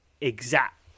exact